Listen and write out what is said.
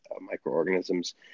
microorganisms